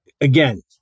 again